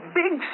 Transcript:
big